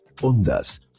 Ondas